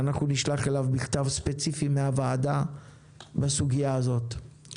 אנחנו נשלח אליו מכתב ספציפי מהוועדה בסוגיה הזאת.